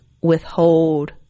withhold